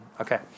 Okay